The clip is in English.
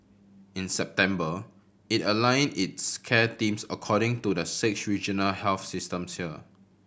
in September it aligned its care teams according to the six regional health systems here